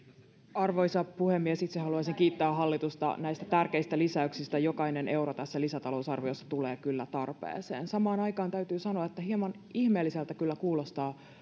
arvoisa puhemies itse haluaisin kiittää hallitusta näistä tärkeistä lisäyksistä jokainen euro tässä lisätalousarviossa tulee kyllä tarpeeseen samaan aikaan täytyy sanoa että hieman ihmeelliseltä kyllä kuulostaa